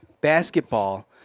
basketball